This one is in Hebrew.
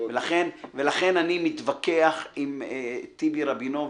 ולכן אני מתווכח עם טיבי רבינוביץ,